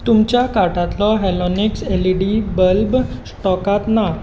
तुमच्या कार्टांतलो Halonix LED bulb स्टॉकांत ना